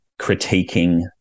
critiquing